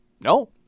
no